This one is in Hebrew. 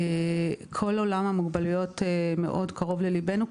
כל עולם המוגבלויות מאוד קרוב לליבנו,